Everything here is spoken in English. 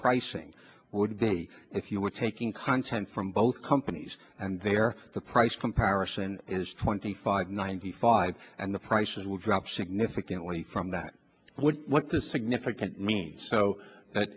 pricing would be if you were taking content from both companies and there the price comparison is twenty five ninety five and the prices will drop significantly from that would be what the significant means so that